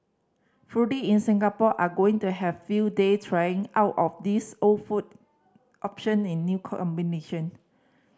in Singapore are going to have a field day trying out of these old food option in new combination